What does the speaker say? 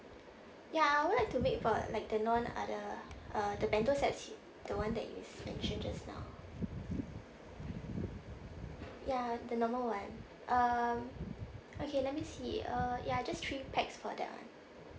ya I would like to make for like the non~ other uh the bento set C the one that you mentioned just now ya the normal one uh okay let me see uh ya just three pax for that [one]